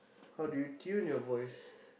how do you tune your voice